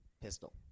pistol